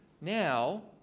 Now